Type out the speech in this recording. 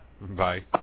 Bye